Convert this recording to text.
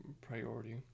priority